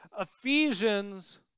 Ephesians